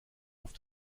auf